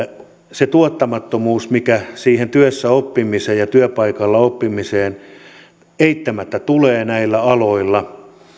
se tuottamattomuus mikä siihen työssäoppimiseen ja työpaikalla oppimiseen eittämättä tulee näillä aloilla